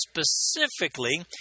specifically